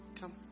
Come